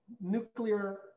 nuclear